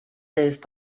served